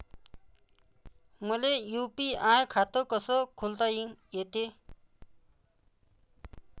मले यू.पी.आय खातं कस खोलता येते?